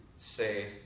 say